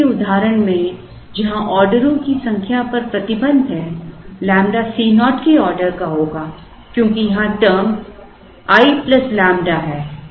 पहले के उदाहरण में जहाँ ऑर्डरों की संख्या पर प्रतिबंध है लैम्ब्डा Co के ऑर्डर का होगा क्योंकि यहाँ term i लैम्ब्डा है